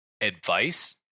advice